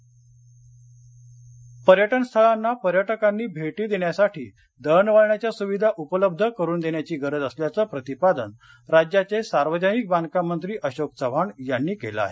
पर्यटन स्थळं नांदेड पर्यटन स्थळांना पर्यटकांनी भेटी देण्यासाठी दळणवळणाच्या सुविधा उपलब्ध करूण देण्याची गरज असल्याचं प्रतिपादन राज्याचे सार्वजनिक बांधकाम मंत्री अशोक चव्हाण यांनी केलं आहे